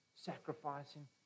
sacrificing